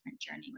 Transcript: journey